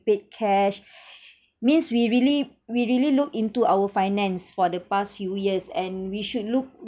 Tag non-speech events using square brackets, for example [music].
paid cash [breath] means we really we really looked into our finance for the past few years and we should look